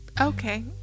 Okay